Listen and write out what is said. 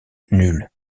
nul